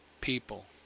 people